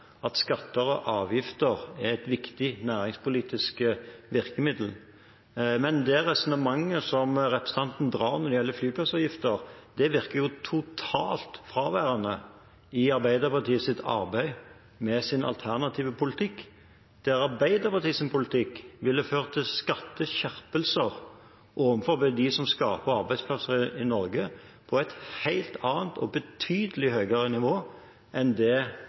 at skatter og avgifter er et viktig næringspolitisk virkemiddel. Men det resonnementet som representanten drar når det gjelder flyplassavgifter, virker totalt fraværende i Arbeiderpartiets arbeid med sin alternative politikk, der Arbeiderpartiets politikk ville ført til skatteskjerpelser for dem som skaper arbeidsplasser i Norge, på et helt annet og betydelig høyere nivå enn det